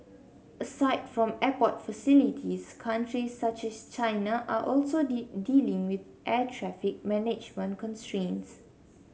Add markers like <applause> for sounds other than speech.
aside from airport facilities countries such as China are also <unintelligible> dealing with air traffic management constraints